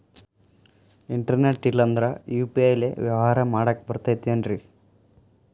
Internet ಇಲ್ಲಂದ್ರ UPI ಲೇ ವ್ಯವಹಾರ ಮಾಡಾಕ ಬರತೈತೇನ್ರೇ?